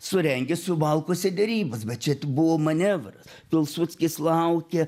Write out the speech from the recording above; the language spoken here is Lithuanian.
surengė suvalkuose derybas bet čia buvo manevras pilsudskis laukė